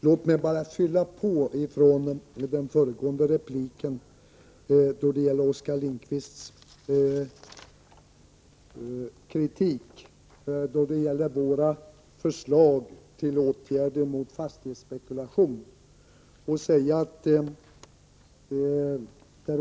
Låt mig bara fylla ut den föregående repliken, som gällde Oskar Lindkvists kritik av våra förslag till åtgärder mot fastighetsspekulation.